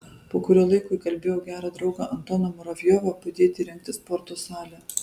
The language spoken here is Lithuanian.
po kurio laiko įkalbėjau gerą draugą antoną muravjovą padėti įrengti sporto salę